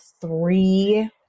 three